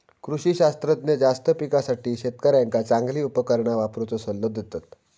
कृषी शास्त्रज्ञ जास्त पिकासाठी शेतकऱ्यांका चांगली उपकरणा वापरुचो सल्लो देतत